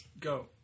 Go